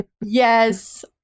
Yes